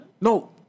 no